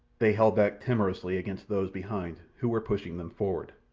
they held back timorously against those behind, who were pushing them forward.